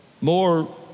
more